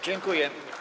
Dziękuję.